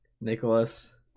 Nicholas